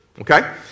Okay